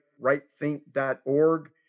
rightthink.org